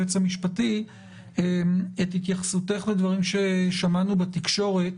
את התייחסותך לדברים ששמענו בתקשורת